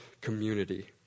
community